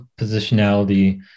positionality